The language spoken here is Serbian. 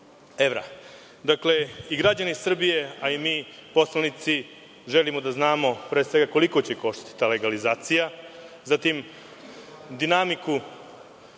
evra. Dakle, i građani Srbije i mi, poslanici, želimo da znamo, pre svega, koliko će koštati ta legalizacija, zatim dinamiku